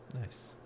nice